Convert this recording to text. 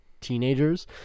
teenagers